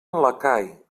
lacai